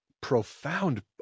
profound